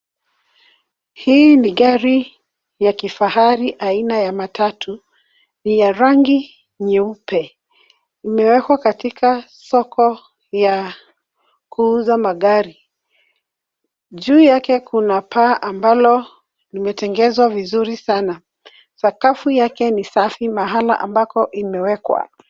Hii ni gari ya kifahari aina na matatu, ni ya rangi nyeupe; imewekwa katika soko ya kuuza magari. Juu yake kuna paa ambalo limetengenezwa vizuri sana. Sakafu yake ni safi mahali ambako imewekwa.